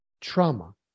trauma